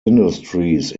industries